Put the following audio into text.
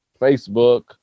Facebook